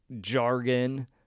jargon